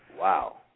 wow